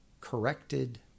corrected